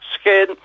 skin